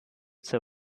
zur